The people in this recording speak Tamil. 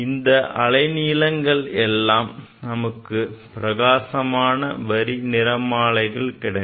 இந்த அலை நீளங்கள் எல்லாம் நமக்கு பிரகாசமான வரி நிறமாலை கள் கிடைக்கும்